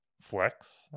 flex